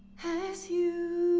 as you